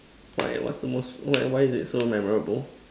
why what's the most why is it so memorable